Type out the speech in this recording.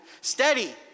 Steady